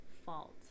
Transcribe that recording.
fault